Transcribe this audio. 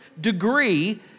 degree